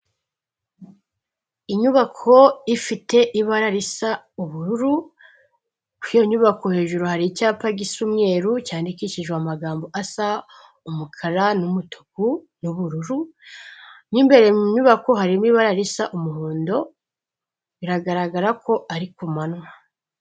Inyubako ifite ibara risa ubururu, kuri iyo nyubako hejuru hari icyapa gisa umweru cyandikishijwe amagambo asa umukara n'umutuku n'ubururu, mo imbere mu nyubako harimo ibara risa umuhondo, biragaragara ko ari ku manywa.